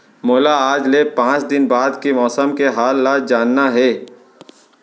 मोला आज ले पाँच दिन बाद के मौसम के हाल ल जानना हे?